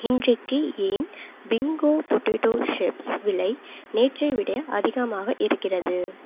இன்றைக்கு ஏன் Bingo potato chips விலை நேற்றை விட அதிகமாக இருக்கிறது